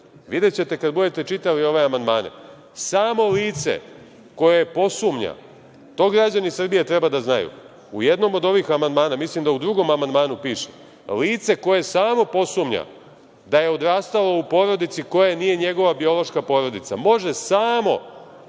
boljim. Videćete kada budete čitali ove amandmane, to građani Srbije treba da znaju, u jednom od ovih amandmana, mislim da u drugom amandmanu piše - lice koje samo posumnja da je odrastalo u porodici koja nije njegova biološka porodica može samo,